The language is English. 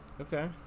Okay